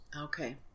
Okay